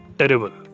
terrible